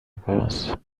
فرانسه